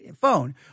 phone